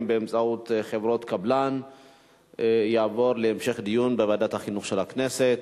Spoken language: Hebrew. באמצעות חברות קבלן תעבורנה להמשך דיון בוועדת החינוך של הכנסת.